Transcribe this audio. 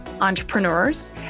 entrepreneurs